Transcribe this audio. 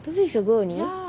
two weeks ago only